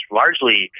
largely